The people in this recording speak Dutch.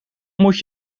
moet